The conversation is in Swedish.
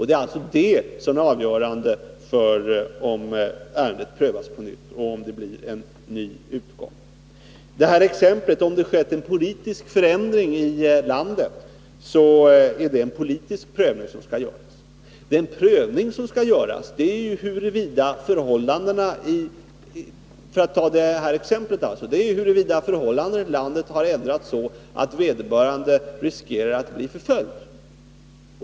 Det är detta som är avgörande för om ärendet skall prövas på nytt och om det skall bli en ny utgång. Alexander Chrisopoulos sade att om det har skett en politisk förändring i landet är det en politisk prövning som skall göras. Den prövning som skall göras är huruvida förhållandena i landet har ändrats så att vederbörande riskerar att bli förföljd.